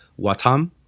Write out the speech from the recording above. Watam